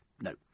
No